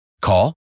Call